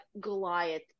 Goliath